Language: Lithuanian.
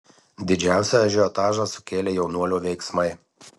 didžiausią ažiotažą sukėlė jaunuolio veiksmai